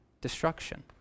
destruction